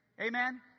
Amen